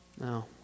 No